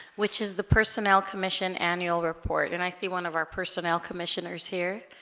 which is the personnel commission annual report and i see one of our personnel commissioners here